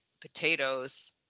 potatoes